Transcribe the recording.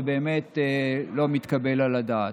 זה באמת לא מתקבל על הדעת.